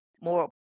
more